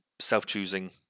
self-choosing